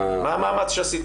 מה המאמץ שעשיתם?